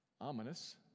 ominous